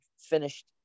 finished